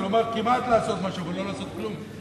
כלומר כמעט לעשות משהו ולא לעשות כלום.